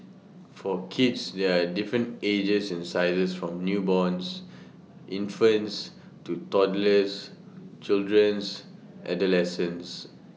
for kids there're different ages and sizes from newborns infants to toddlers children's adolescents